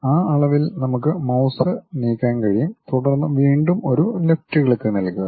ആ അളവിൽ നമുക്ക് മൌസ് നീക്കാൻ കഴിയും തുടർന്ന് വീണ്ടും ഒരു ലെഫ്റ്റ് ക്ലിക്ക് നൽകുക